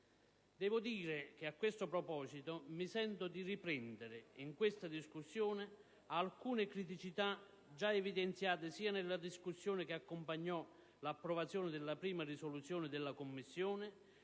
Devo dire che a questo proposito mi sento di riprendere, in questa discussione, alcune criticità già evidenziate sia nella discussione che accompagnò l'approvazione della prima risoluzione della Commissione